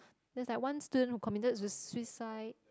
there's like one student who committed sui~ suicide